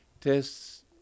tests